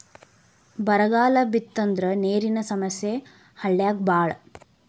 ಬರಗಾಲ ಬಿತ್ತಂದ್ರ ನೇರಿನ ಸಮಸ್ಯೆ ಹಳ್ಳ್ಯಾಗ ಬಾಳ